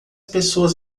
pessoas